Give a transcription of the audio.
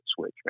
switch